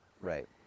Right